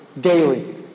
daily